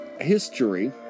history